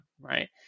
right